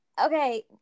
okay